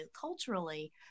culturally